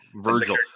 Virgil